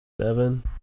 seven